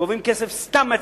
גובים סתם כסף מהציבור,